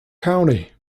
county